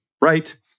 right